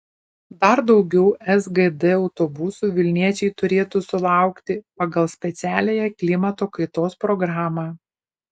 dar daugiau sgd autobusų vilniečiai turėtų sulaukti pagal specialiąją klimato kaitos programą